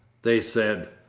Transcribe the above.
they said.